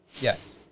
Yes